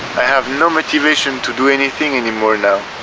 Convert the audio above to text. i have no motivation to do anything anymore now